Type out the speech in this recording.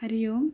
Hari Om